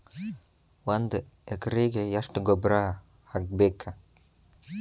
ಒಂದ್ ಎಕರೆಗೆ ಎಷ್ಟ ಗೊಬ್ಬರ ಹಾಕ್ಬೇಕ್?